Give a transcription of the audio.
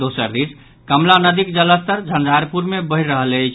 दोसर दिस कमला नदीक जलस्तर झंझारपुर मे बढ़ि रहल अछि